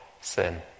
sin